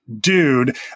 dude